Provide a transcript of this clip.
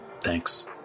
Thanks